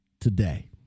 today